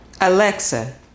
Alexa